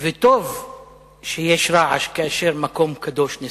וטוב שיש רעש כאשר מקום קדוש נשרף.